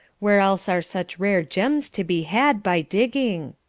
where else are such rare gems to be had by digging?